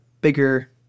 bigger